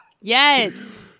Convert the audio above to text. Yes